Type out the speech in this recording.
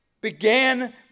began